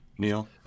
Neil